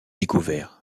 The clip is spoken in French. découvert